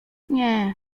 nie